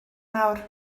nawr